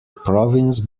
province